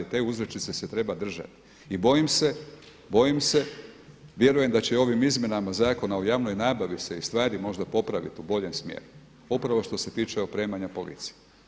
Te uzrečice se treba držati i bojim se, vjerujem da će i ovim izmjenama Zakona o javnoj nabavi se stvari možda popraviti u boljem smjeru, upravo što se tiče opremanja policije.